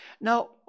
Now